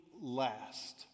last